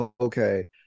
okay